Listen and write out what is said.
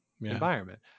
environment